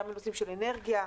לנושאים של אנרגיה.